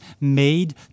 made